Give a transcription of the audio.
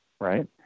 right